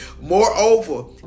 moreover